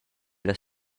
las